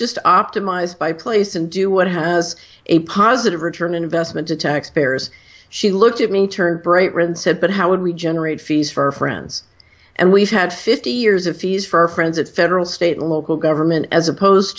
just optimize by place and do what has a positive return investment to taxpayers she looked at me turned bright red and said but how would we generate fees for friends and we've had fifty years of fees for our friends at federal state and local government as opposed